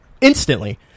instantly